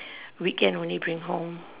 weekend only bring home